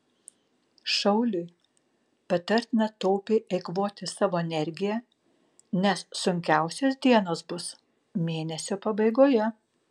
šauliui patartina taupiai eikvoti savo energiją nes sunkiausios dienos bus mėnesio pabaigoje